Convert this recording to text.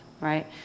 right